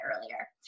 earlier